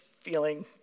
feeling